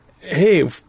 hey